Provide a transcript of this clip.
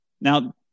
Now